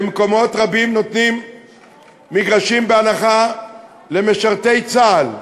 במקומות רבים נותנים מגרשים בהנחה למשרתי צה"ל.